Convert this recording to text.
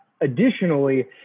Additionally